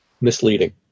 misleading